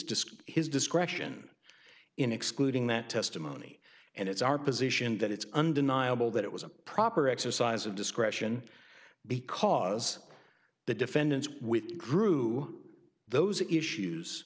discretion his discretion in excluding that testimony and it's our position that it's undeniable that it was a proper exercise of discretion because the defendants with grue those issues